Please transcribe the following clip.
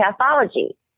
pathology